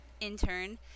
intern